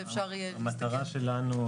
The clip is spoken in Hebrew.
שאפשר יהיה --- המטרה שלנו,